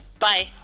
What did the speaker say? Bye